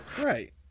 right